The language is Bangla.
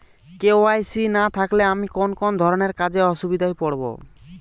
কে.ওয়াই.সি না থাকলে আমি কোন কোন ধরনের কাজে অসুবিধায় পড়ব?